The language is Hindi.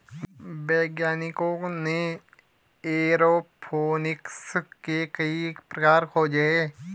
वैज्ञानिकों ने एयरोफोनिक्स के कई प्रकार खोजे हैं